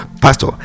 pastor